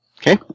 Okay